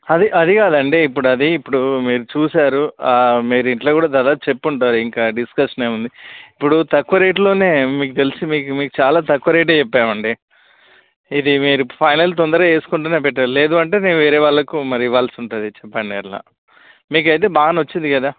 అది అది కాదండి ఇప్పుడు అది ఇప్పుడు మీరు చూసారు మీరు ఇంట్లో కూడా దాదాపు చెప్పుంటారు ఇంకా డిస్కషన్ ఏముంది ఇప్పుడు తక్కువ రేట్లోనే మీకు తెలుసు మీ మీకు చాలా తక్కువ రేటే చెప్పామండి ఇది మీరు ఫైనల్ తొందరగా చేసుకుంటేనే బెటర్ లేదు అంటే నేను వేరే వాళ్ళకు మరి ఇవ్వాల్సుంటుంది చెప్పండి అట్లా మీకైతే బాగా నచ్చింది కదా